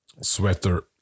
sweater